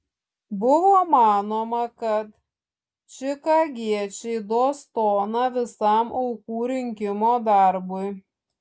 buvo manoma kad čikagiečiai duos toną visam aukų rinkimo darbui